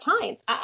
times